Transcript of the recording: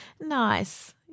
Nice